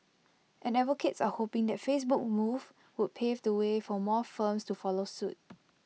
and advocates are hoping that Facebook's move will pave the way for more firms to follow suit